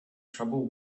trouble